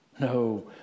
No